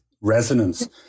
resonance